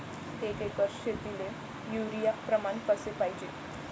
एक एकर शेतीले युरिया प्रमान कसे पाहिजे?